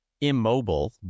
immobile